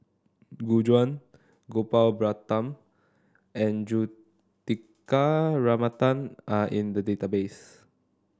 Gu Juan Gopal Baratham and Juthika Ramanathan are in the database